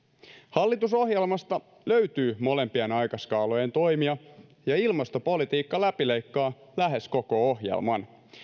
hallitusohjelmasta löytyy molempien aikaskaalojen toimia ja ilmastopolitiikka läpileikkaa lähes koko ohjelman